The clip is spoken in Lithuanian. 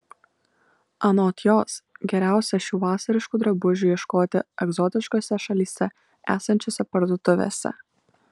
anot jos geriausia šių vasariškų drabužių ieškoti egzotiškose šalyse esančiose parduotuvėse